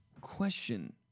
Question